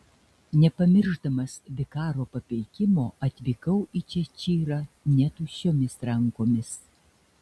nepamiršdamas vikaro papeikimo atvykau į češyrą ne tuščiomis rankomis